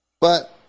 but-